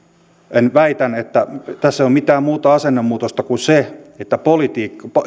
väitän että tässä ei ole mitään muuta asennemuutosta kuin se että